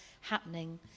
happening